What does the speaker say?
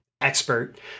expert